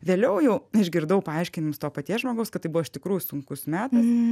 vėliau jau išgirdau paaiškinimus to paties žmogaus kad tai buvo iš tikrųjų sunkus metas